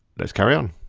let's carry on.